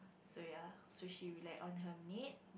so ya so she rely on her maid